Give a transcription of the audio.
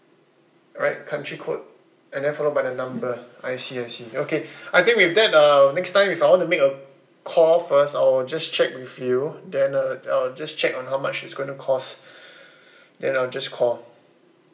alright country code and then followed by the number I see I see okay I think with that uh next time if I want to make a call first I will just check with you then uh I'll just check on how much it's gonna cost then I'll just call